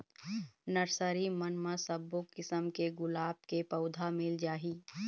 nursery मन म सब्बो किसम के गुलाब के पउधा मिल जाही